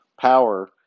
power